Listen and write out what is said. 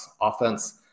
offense